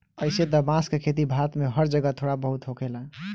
अइसे त बांस के खेती भारत में हर जगह थोड़ा बहुत होखेला